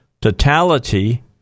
Totality